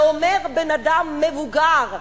ואומר בן-אדם מבוגר: